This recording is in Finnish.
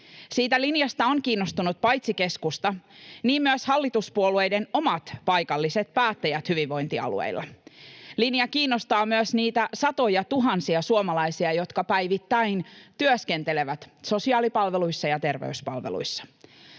Siitä linjasta ovat kiinnostuneet paitsi keskusta myös hallituspuolueiden omat paikalliset päättäjät hyvinvointialueilla. Linja kiinnostaa myös niitä satojatuhansia suomalaisia, jotka päivittäin työskentelevät sosiaalipalveluissa ja terveyspalveluissa.